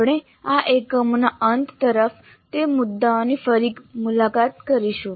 આપણે આ એકમોના અંત તરફ તે મુદ્દાઓની ફરી મુલાકાત કરીશું